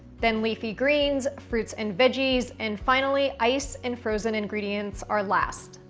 then, leafy greens, fruits and veggies, and finally ice and frozen ingredients are last.